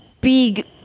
big